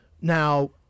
Now